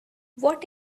what